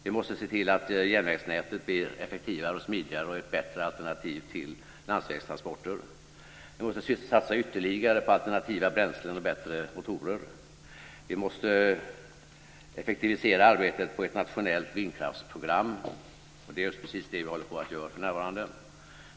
Vi måste se till att järnvägsnätet blir effektivare och smidigare och ett bättre alternativ till landsvägtransporter. Vi måste satsa ytterligare på alternativa bränslen och bättre motorer. Vi måste effektivisera arbetet med ett nationellt vindkraftsprogram, och det är just precis det som vi för närvarande håller på att göra.